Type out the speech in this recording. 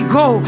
go